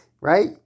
Right